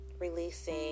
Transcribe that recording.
Releasing